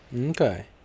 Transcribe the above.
Okay